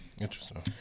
Interesting